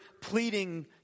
pleading